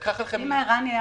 אם רני,